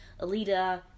Alita